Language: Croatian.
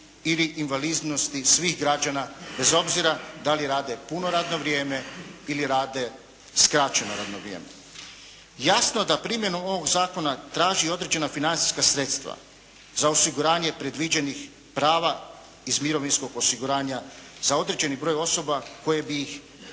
ili invalidnosti svih građana bez obzira da li rade puno radno vrijeme ili rade skraćeno radno vrijeme. Jasno da primjena ovog zakona traži i određena financijska sredstva. Za osiguranje predviđenih prava iz mirovinskog osiguranja, za određeni broj koje bi ih na taj način